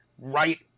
right